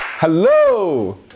Hello